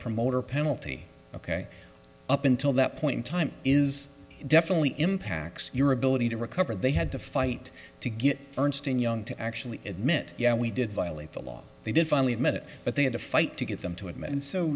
promoter penalty ok up until that point in time is definitely impacts your ability to recover they had to fight to get ernst and young to actually admit yeah we did violate the law they did finally admit it but they had to fight to get them to admit and so